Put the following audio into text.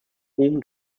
whom